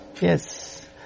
Yes